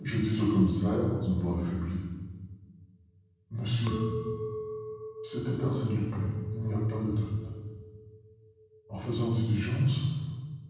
je dis au commissaire d'une voix affaiblie monsieur c'était arsène lupin il n'y a pas de doute en faisant diligence